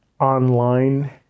online